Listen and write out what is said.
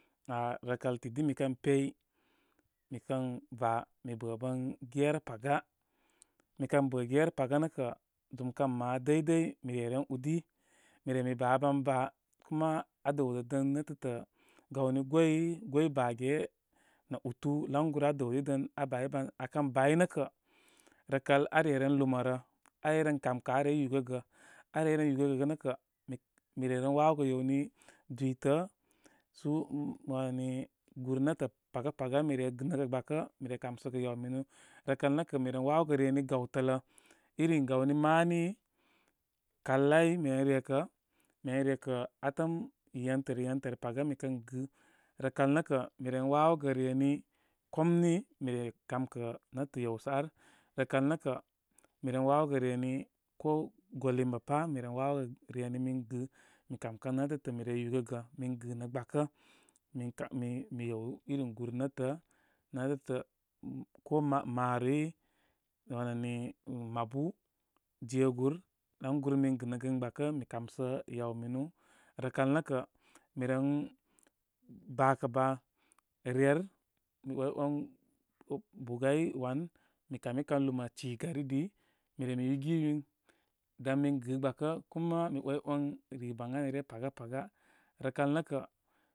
Ghaā rəkal didi mi kəi pey, mi kən va mi bə' bər gera paga. Mikər bə i gera paaranə kə'. Zum kən māa ləy dəy mi reren ude. Mi re mi baban baa kuma aa dəw də dən netətə gawni gway, gwəy bane nə ubartubarl anguru aa dəw didən aa bayban. Aa kən bay nə kə rəkal are ren lumarə. Arey ren kamkə arey ren yugəgə. Arey ren yugəgə nə kə' mi, mi re ren wawogə gewni dwitə subarubar wani gubarr ne'tə pagu paga mire gipls nəgə gbakə. Mire kam səgə gaw minu rə kal nə kə mi ren wawogə rem gawtə lə iri gaw ni mani ka mi ren rekə'. Mi ren rekə' atəm yentə rə- yen tərə, paga mik ən gɨ. Rə kal nə' kə', i ren wawogə reni komni mi re kamkə' ne'tə yewsə ar. Rəkal nə' kə', mi ren wawogə reni ko golimba pa'. Mi ren wawagə reni min gɨ. Mi kamkan netə'tə' mi re yubargatur gə', min gɨ nə gbakə. Min ka mimiyew irim gubarr netə, netətə' ko ma maroroi, nə wan ani mih mabu, jegubarr laŋguru min gɨnə gɨn gbakə mi kam sə yaw minu. Rə kal nə' kə', mi ren bakə baa ryer, mi 'way'wan bugay wan, mi kami kan luma agari di. Mi re mi yugi yun dan mi gɨ gbakə ku ma mi 'waywan riba əni ryə- paga-paga. Rəkul nə' kə'.